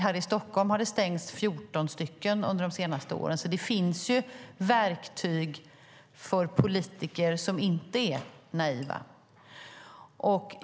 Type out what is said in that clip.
Här i Stockholm har 14 förskolor stängts under de senaste åren, så det finns verktyg för politiker som inte är naiva.